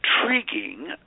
intriguing